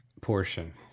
portion